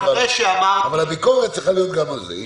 אבל הביקורת צריכה להיות גם על זה.